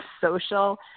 social